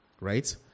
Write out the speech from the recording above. right